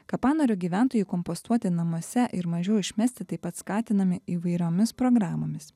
kapanorio gyventojai kompostuoti namuose ir mažiau išmesti taip pat skatinami įvairiomis programomis